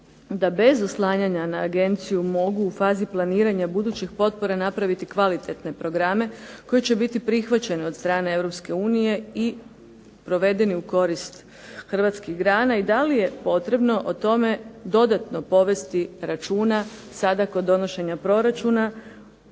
da bez oslanjanja na agenciju mogu u fazi planiranja budućih potpora napraviti kvalitetne programe koji će biti prihvaćeni od strane EU i provedeni u korist hrvatskih grana. I da li je potrebno o tome dodatno povesti računa sada kod donošenja proračuna